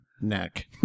neck